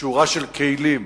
שורה של כלים